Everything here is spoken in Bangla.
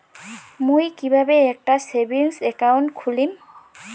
মুই কিভাবে একটা সেভিংস অ্যাকাউন্ট খুলিম?